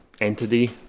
entity